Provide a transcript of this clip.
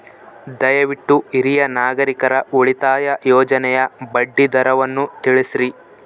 ದಯವಿಟ್ಟು ಹಿರಿಯ ನಾಗರಿಕರ ಉಳಿತಾಯ ಯೋಜನೆಯ ಬಡ್ಡಿ ದರವನ್ನು ತಿಳಿಸ್ರಿ